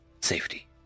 safety